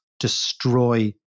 Destroy